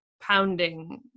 pounding